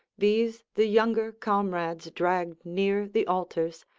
these the younger comrades dragged near the altars,